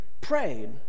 Prayed